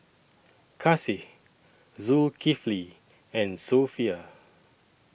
Kasih Zulkifli and Sofea